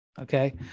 Okay